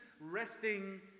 resting